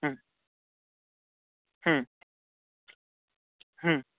হুম হুম হুম